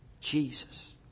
Jesus